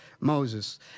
Moses